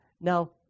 Now